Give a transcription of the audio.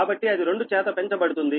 కాబట్టి అది రెండు చేత పెంచబడుతుంది